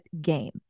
game